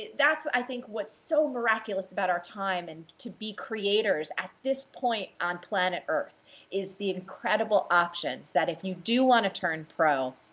that's i think what's so miraculous about our time and to be creators at this point on planet earth is the incredible options that if you do wanna turn pro,